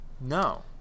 No